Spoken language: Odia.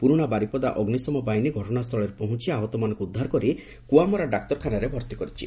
ପୁରୁଶା ବାରିପଦା ଅଗ୍ନିଶମ ବାହିନୀ ଘଟଣା ସ୍ଥଳରେ ପହଞି ଆହତମାନଙ୍କୁ ଉଦ୍ଧାର କରି କୁଆମରା ଡାକ୍ତରଖାନାରେ ଭର୍ତି କରାଯାଇଛି